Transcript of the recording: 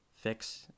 fix